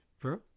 Bro